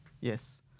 yes